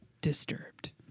disturbed